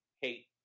hate